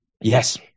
Yes